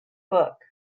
book